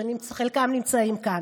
שחלקם נמצאים כאן: